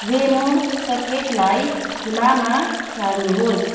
वेमो सकेटलाई खुलामा सार्नुहोस्